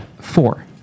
Four